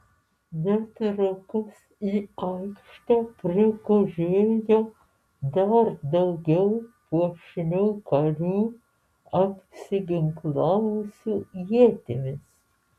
netrukus į aikštę prigužėjo dar daugiau puošnių karių apsiginklavusių ietimis